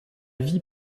vie